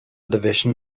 division